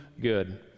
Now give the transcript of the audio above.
good